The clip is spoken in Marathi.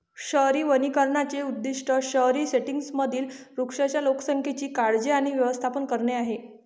शहरी वनीकरणाचे उद्दीष्ट शहरी सेटिंग्जमधील वृक्षांच्या लोकसंख्येची काळजी आणि व्यवस्थापन करणे आहे